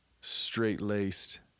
straight-laced